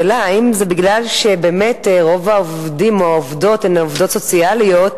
שאלה: האם זה באמת בגלל שרוב העובדים הם עובדות סוציאליות,